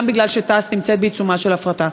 מפני שתע"ש נמצאת בעיצומה של הפרטה.